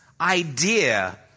idea